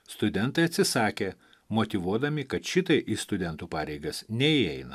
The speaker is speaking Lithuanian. studentai atsisakė motyvuodami kad šitai į studentų pareigas neįeina